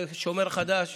והשומר החדש